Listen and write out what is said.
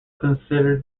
considered